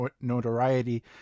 notoriety